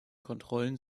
kontrollen